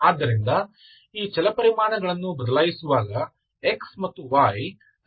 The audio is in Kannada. ಆದ್ದರಿಂದ ಈ ಚಲಪರಿಮಾಣಗಳನ್ನು ಬದಲಾಯಿಸುವಾಗ x ಮತ್ತು y ರೇಖೀಯ ಸ್ವತಂತ್ರ ಚಲಪರಿಮಾಣಗಳಾಗಿವೆ